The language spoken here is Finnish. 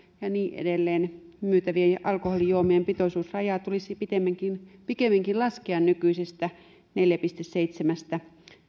ja niin edelleen myytävien alkoholijuomien pitoisuusrajaa tulisi pikemminkin pikemminkin laskea nykyisestä neljästä pilkku seitsemästä